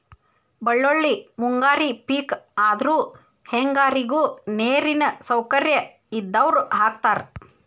ಬಳ್ಳೋಳ್ಳಿ ಮುಂಗಾರಿ ಪಿಕ್ ಆದ್ರು ಹೆಂಗಾರಿಗು ನೇರಿನ ಸೌಕರ್ಯ ಇದ್ದಾವ್ರು ಹಾಕತಾರ